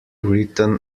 written